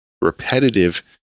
repetitive